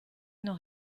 noch